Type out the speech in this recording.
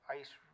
ice